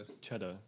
Cheddar